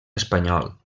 espanyol